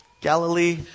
Galilee